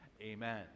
amen